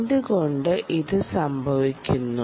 എന്തുകൊണ്ട് ഇത് സംഭവിക്കുന്നു